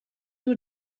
nur